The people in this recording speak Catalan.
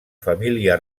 família